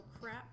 crap